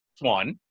one